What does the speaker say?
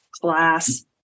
class